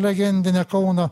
legendine kauno